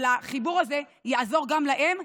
אבל החיבור הזה יעזור גם להם,